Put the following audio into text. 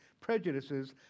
prejudices